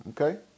Okay